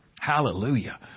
Hallelujah